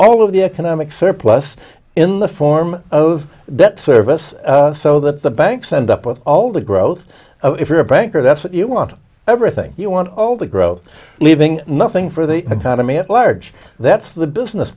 all of the economic surplus in the form of debt service so that the banks end up with all the growth if you're a banker that's what you want everything you want all the growth leaving nothing for the economy at large that's the business